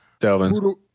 Delvin